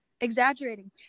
exaggerating